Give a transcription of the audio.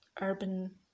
urban